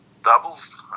doubles